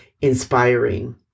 inspiring